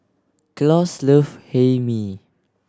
Claus love Hae Mee